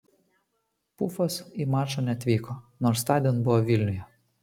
pufas į mačą neatvyko nors tądien buvo vilniuje